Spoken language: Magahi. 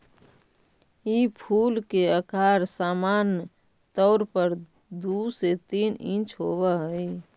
ई फूल के अकार सामान्य तौर पर दु से तीन इंच होब हई